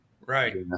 right